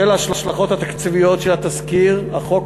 בשל ההשלכות התקציביות של תזכיר החוק,